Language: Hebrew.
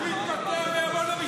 שיתפטר ויעמוד למשפט.